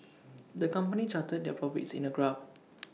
the company charted their profits in A graph